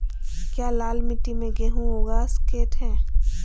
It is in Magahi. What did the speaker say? क्या लाल मिट्टी में गेंहु उगा स्केट है?